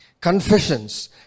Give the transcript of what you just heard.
confessions